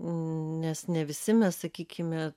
nes ne visi mes sakykime